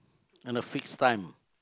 and a fixed time